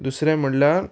दुसरें म्हणल्यार